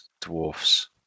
Dwarfs